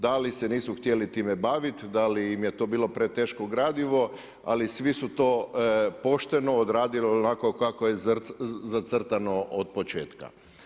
Da li se nisu htjeli time baviti, da li im je to bilo preteško gradivo, ali svi su to pošteno odradili onako kako je zacrtano od početka.